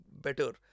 better